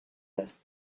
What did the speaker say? las